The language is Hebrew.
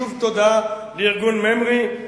שוב תודה לארגון ממר"י על התרגום,